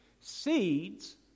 Seeds